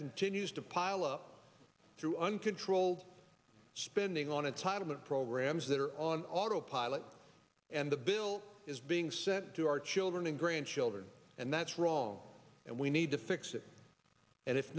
continues to pile up through uncontrolled spending on a title and programs that are on autopilot and the bill is being sent to our children and grandchildren and that's wrong and we need to fix it and if